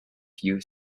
you